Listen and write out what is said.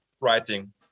writing